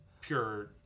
pure